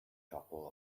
couple